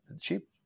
cheap